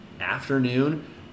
afternoon